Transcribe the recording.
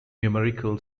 numerical